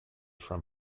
from